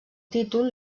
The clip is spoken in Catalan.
títol